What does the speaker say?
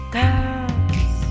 girls